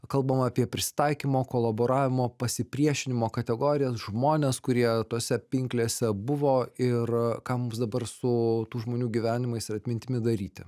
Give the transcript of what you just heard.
kalbama apie prisitaikymo kolaboravimo pasipriešinimo kategorijas žmones kurie tose pinklėse buvo ir ką mums dabar su tų žmonių gyvenimais ir atmintimi daryti